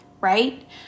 right